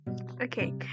Okay